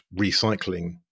recycling